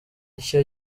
nshya